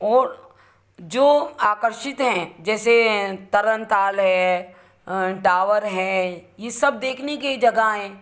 और जो आकर्षित हैं जैसे तरणताल है टावर है यह सब देखने की जगह हैं